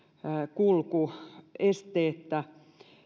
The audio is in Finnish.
kulku esteettä